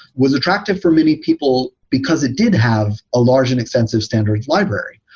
was attractive for many people because it did have a large and extensive standard library.